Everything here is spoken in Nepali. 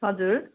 हजुर